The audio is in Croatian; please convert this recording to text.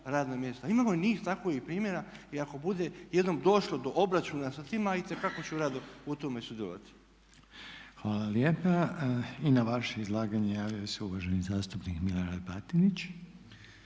radna mjesta. Imamo niz takvih primjera. I ako bude jednom došlo do obračuna sa tima itekako ću rado u tome sudjelovati. **Reiner, Željko (HDZ)** Hvala lijepa. I na vaše izlaganje javio se uvaženi zastupnik Milorad Batinić.